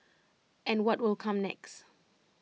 and what will come next